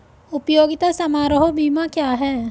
उपयोगिता समारोह बीमा क्या है?